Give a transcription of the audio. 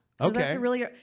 Okay